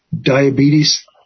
Diabetes